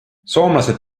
soomlased